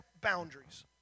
boundaries